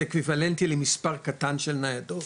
זה אקוויוולנטי למספר קטן של ניידות,